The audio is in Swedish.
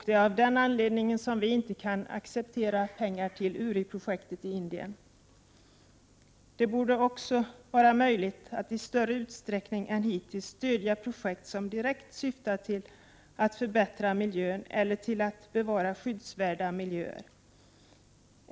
Det är av den anledningen vi inte kan acceptera URI-projektet i Indien. Det borde också vara möjligt att i större utsträckning än hittills stödja projekt som direkt syftar till att förbättra miljön eller till att bevara skyddsvärda miljöer.